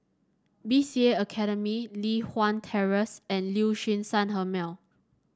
B C A Academy Li Hwan Terrace and Liuxun Sanhemiao